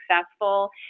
successful